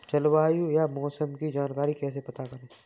जलवायु या मौसम की जानकारी कैसे प्राप्त करें?